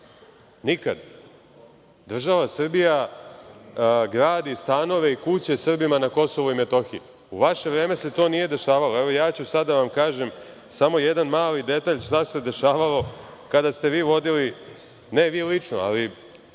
Nikada. Država Srbija gradi stanove i kuće Srbima na Kosovu i Metohiji, a u vaše vreme se to nije dešavalo. Evo, ja ću sad da vam kažem samo jedan mali detalj šta se dešavalo kada ste vi vodili, ne vi lično, ali